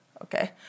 okay